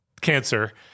cancer